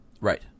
Right